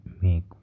make